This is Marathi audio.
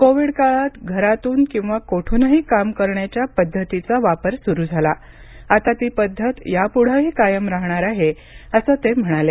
कोविड काळात घरातून किंवा कोठूनही काम करण्याच्या पद्धतीचा वापर सुरू झाला आता ती पद्धत यापुढेही कायम राहणार आहे असं ते म्हणाले